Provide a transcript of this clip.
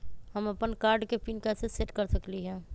हम अपन कार्ड के पिन कैसे सेट कर सकली ह?